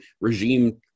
regime